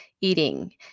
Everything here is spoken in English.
eating